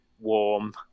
warm